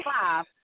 five